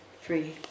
free